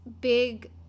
big